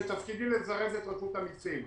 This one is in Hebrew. בתפקידי לזרז את רשות המסים,